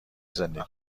زندگی